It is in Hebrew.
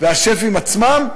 והשפים עצמם,